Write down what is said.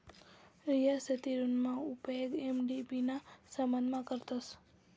रियासती ऋणना उपेग एम.डी.बी ना संबंधमा करतस